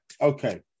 okay